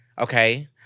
Okay